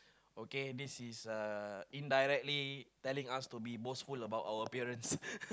okay this is uh indirectly telling us to be boastful about our appearance